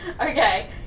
Okay